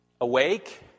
awake